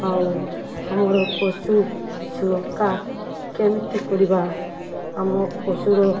ଆଉ ଆମର ପଶୁ ସୁରକ୍ଷା କେମିତି କରିବା ଆମ ପଶୁର